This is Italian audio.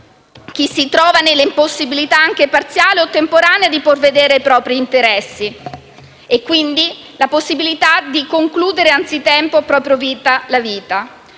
chi si trova nella impossibilità, anche parziale o temporanea, di provvedere ai propri interessi e, quindi, di valutare la possibilità di concludere anzitempo la propria vita.